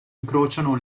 incrociano